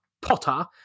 Potter